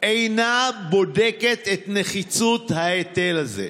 אינה בודקת את נחיצות ההיטל הזה.